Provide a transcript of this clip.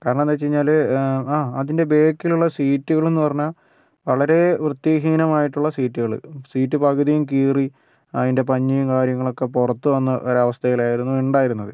കാരണമെന്താ വെച്ച് കഴിഞ്ഞാൽ ആ അതിൻ്റെ ബേക്കിലുള്ള സീറ്റുകളെന്ന് പറഞ്ഞാൽ വളരേ വൃത്തിഹീനമായിട്ടുള്ള സീറ്റുകൾ സീറ്റ് പകുതിയും കീറി അതിൻ്റെ പഞ്ഞിയും കാര്യങ്ങളൊക്കെ പുറത്ത് വന്ന ഒരവസ്ഥയിലായിരുന്നു ഉണ്ടായിരുന്നത്